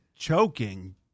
Choking